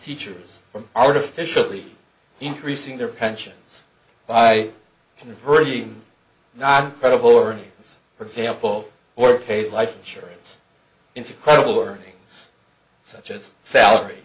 teachers from artificially increasing their pensions by converting non credible earnings for example or paid life insurance into credible earnings such as